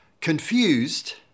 confused